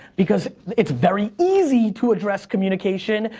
because it's very easy to address communication,